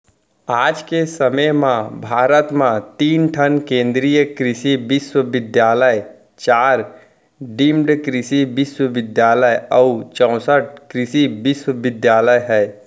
आज के समे म भारत म तीन ठन केन्द्रीय कृसि बिस्वबिद्यालय, चार डीम्ड कृसि बिस्वबिद्यालय अउ चैंसठ कृसि विस्वविद्यालय ह